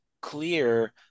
clear